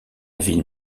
ville